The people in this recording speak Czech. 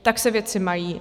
Tak se věci mají.